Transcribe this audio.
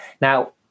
Now